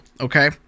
okay